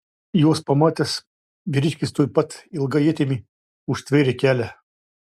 juos pamatęs vyriškis tuoj pat ilga ietimi užtvėrė kelią